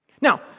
Now